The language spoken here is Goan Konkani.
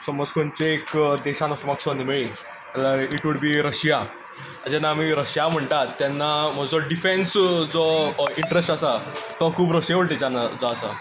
समज खंयचेय एक देशांत वचपाक संद मेळ्ळी जाल्यार इट वुड बी रशिया जेन्ना आमी रशिया म्हणटात तेन्ना म्हजो डिफेन्स जो इंटरस्ट आसा तो खूब रशिये वटेच्यानचो आसा